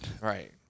right